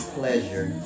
pleasure